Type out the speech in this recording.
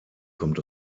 kommt